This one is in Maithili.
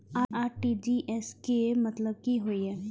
आर.टी.जी.एस के मतलब की होय ये?